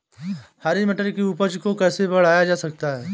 हरी मटर की उपज को कैसे बढ़ाया जा सकता है?